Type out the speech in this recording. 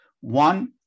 One